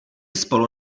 spolu